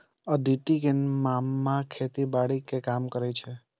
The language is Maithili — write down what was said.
अदिति के मामा खेतीबाड़ी के काम करै छै